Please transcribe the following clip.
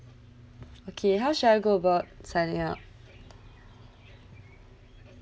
okay how should I go about signing up